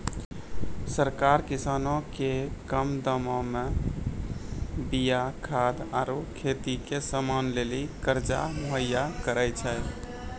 सरकार किसानो के कम दामो मे बीया खाद आरु खेती के समानो लेली कर्जा मुहैय्या करै छै